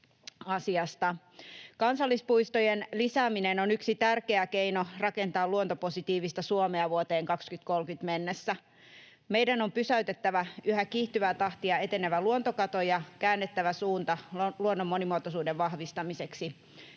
Kansallispuistojen lisääminen on yksi tärkeä keino rakentaa luontopositiivista Suomea vuoteen 2030 mennessä. Meidän on pysäytettävä yhä kiihtyvää tahtia etenevä luontokato ja käännettävä suunta luonnon monimuotoisuuden vahvistamiseksi,